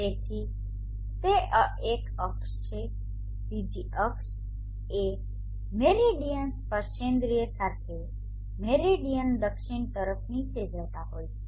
તેથી તે એક અક્ષ છે બીજી અક્ષ એ મેરિડીયન સ્પર્શેન્દ્રિય સાથે મેરિડીયન દક્ષિણ તરફ નીચે જતા હોય છે